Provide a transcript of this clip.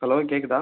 hello கேட்குதா